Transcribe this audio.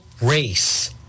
race